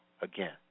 Again